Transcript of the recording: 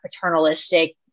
paternalistic